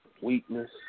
Weakness